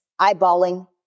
Eyeballing